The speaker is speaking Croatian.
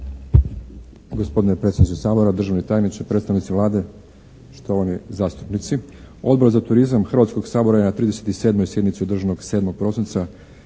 Hrvatskoga sabora je na 37. sjednici održanoj 7. prosinca